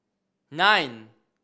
nine